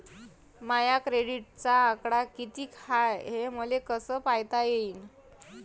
माया क्रेडिटचा आकडा कितीक हाय हे मले कस पायता येईन?